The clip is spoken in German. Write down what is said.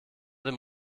dem